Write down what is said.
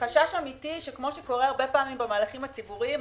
כפי שקורה הרבה פעמים במהלכים הציבוריים,